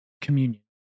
communion